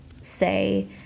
say